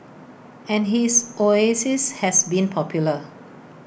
and his oasis has been popular